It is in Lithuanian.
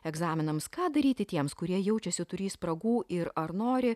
egzaminams ką daryti tiems kurie jaučiasi turį spragų ir ar nori